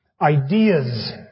ideas